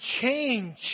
change